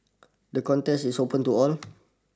the contest is open to all